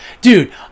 dude